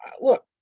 look